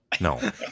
No